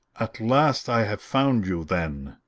at last i have found you, then!